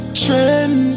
trend